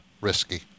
risky